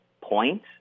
point